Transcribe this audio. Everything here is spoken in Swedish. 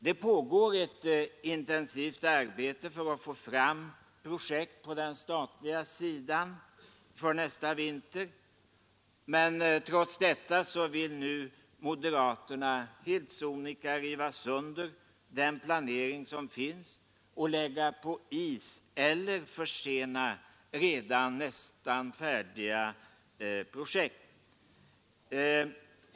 Det pågår ett intensivt arbete för att få fram projekt på den statliga sidan för nästa vinter, men trots detta vill nu moderaterna helt sonika riva sönder den planering som finns och lägga på is eller försena redan nästan färdiga projekt.